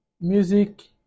Music